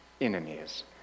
enemies